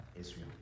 israel